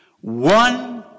One